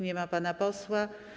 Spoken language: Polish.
Nie ma pana posła.